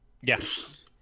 Yes